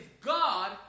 God